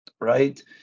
right